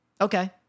Okay